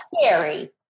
scary